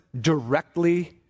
directly